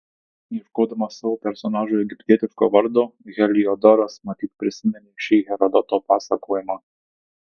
ieškodamas savo personažui egiptietiško vardo heliodoras matyt prisiminė šį herodoto pasakojimą